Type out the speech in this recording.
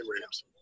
Rams